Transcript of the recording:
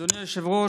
אדוני היושב-ראש,